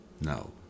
No